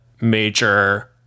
major